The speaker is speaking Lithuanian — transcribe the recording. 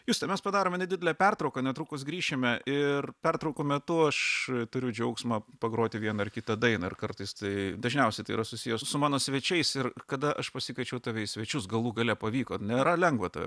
juste mes padarome nedidelę pertrauką netrukus grįšime ir pertraukų metu aš turiu džiaugsmą pagroti vieną ar kitą dainą ir kartais tai dažniausia tai yra susiję su mano svečiais ir kada aš pasikviečiau tave į svečius galų gale pavyko nėra lengva tave